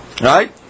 right